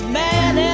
man